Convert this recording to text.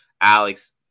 Alex